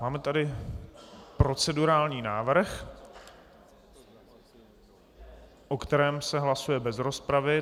Máme tady procedurální návrh, o kterém se hlasuje bez rozpravy.